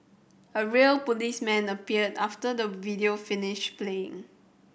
a real policeman appeared after the video finished playing